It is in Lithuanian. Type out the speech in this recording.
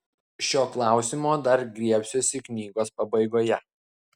šio klausimo dar griebsiuosi knygos pabaigoje